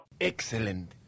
Excellent